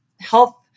health